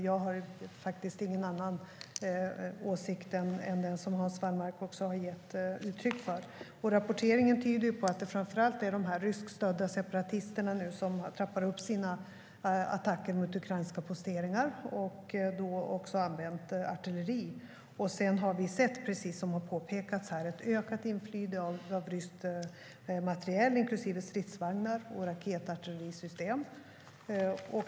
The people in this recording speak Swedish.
Jag har ingen annan åsikt än den Hans Wallmark har gett uttryck för. Rapporteringen tyder på att det är framför allt de ryskstödda separatisterna som trappar upp sina attacker mot ukrainska posteringar, och de har då också använt artilleri. Sedan har vi sett, precis som har påpekats här, ett ökat inflöde av rysk materiel, inklusive stridsvagnar och raketartillerisystem.